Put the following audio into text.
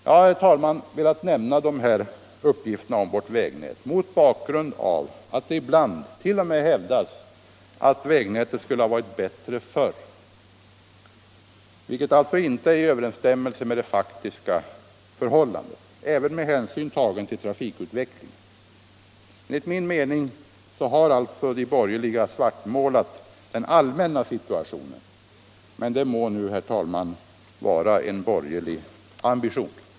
Jag har, herr talman, velat nämna dessa uppgifter om vårt vägnät mot bakgrund av att det ibland t.o.m. hävdas att vägnätet skulle ha varit bättre förr, vilket alltså inte är i överensstämmelse med det faktiska förhållandet, även med hänsyn tagen till trafikutvecklingen. Enligt min mening har alltså de borgerliga svartmålat den allmänna situationen, men det må, herr talman, vara en borgerlig ambition.